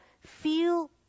feel